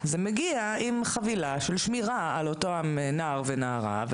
זה מגיע עם חבילה של שמירה הנער והנערה.